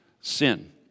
sin